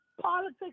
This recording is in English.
politics